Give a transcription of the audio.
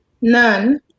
None